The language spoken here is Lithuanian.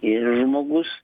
ir žmogus